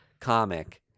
comic